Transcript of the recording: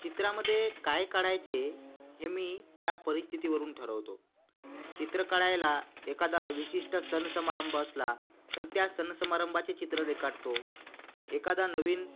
चित्रामध्ये काय काढायचे हे मी त्या परिस्थितीवरून ठरवतो चित्र काढायला एखादा विशिष्ट सणसमारंभ असला तर त्या सणसमारंभाचे चित्र रेखाटतो एखादा नवीन